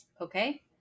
Okay